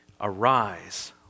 Arise